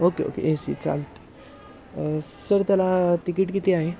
okay okay AC चालतं sir त्याला तिकीट किती आहे